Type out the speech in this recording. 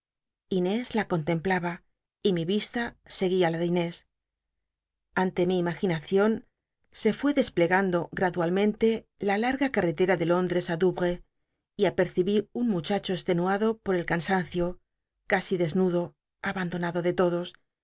lnés la contemplaba y mi vista seguia la de inés ante mi imaginacion se fué desplegando gra dual mente la larga canctcja de lómhr i ooune apercibí un muchacho cstenuado oi el cansancio casi desnudo abandonado de todos